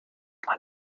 man